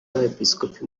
y’abepisikopi